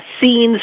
scenes